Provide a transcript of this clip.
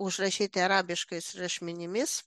užrašyti arabiškais rašmenimis